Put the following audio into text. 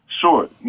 sure